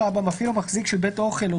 (2ה)מפעיל או מחזיק של בית אוכל או